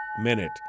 minute